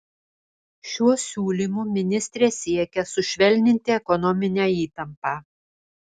šiuo siūlymu ministrė siekia sušvelninti ekonominę įtampą